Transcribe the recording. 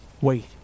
Wait